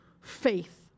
faith